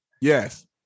Yes